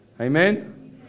Amen